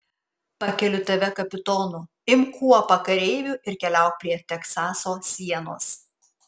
pakeliu tave kapitonu imk kuopą kareivių ir keliauk prie teksaso sienos